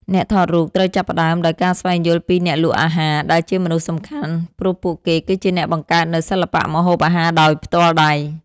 អ្នកថតរូបត្រូវចាប់ផ្ដើមដោយការស្វែងយល់ពី អ្នកលក់អាហារ ដែលជាមនុស្សសំខាន់ ព្រោះពួកគេគឺជាអ្នកបង្កើតនូវសិល្បៈម្ហូបអាហារដោយផ្ទាល់ដៃ។